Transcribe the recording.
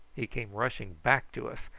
he came rushing back to us,